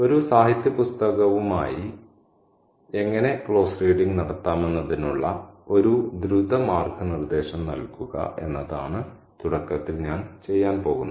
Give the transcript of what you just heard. ഒരു സാഹിത്യ പുസ്തകവുമായി എങ്ങനെ ക്ലോസ് റീഡിങ് നടത്താമെന്നതിനുള്ള ഒരു ദ്രുത മാർഗ്ഗനിർദ്ദേശം നൽകുക എന്നതാണ് തുടക്കത്തിൽ ഞാൻ ചെയ്യാൻ പോകുന്നത്